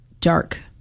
dark